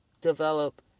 develop